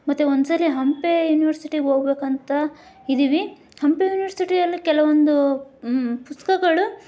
ಮತ್ತು ಒಂದು ಸರಿ ಹಂಪೆ ಯುನಿವರ್ಸಿಟಿಗೆ ಹೋಗಬೇಕಂತ ಇದ್ದೀವಿ ಹಂಪೆ ಯುನಿವರ್ಸಿಟಿಯಲ್ಲಿ ಕೆಲವೊಂದು ಪುಸ್ತಕಗಳು